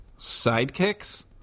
sidekicks